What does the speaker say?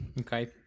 Okay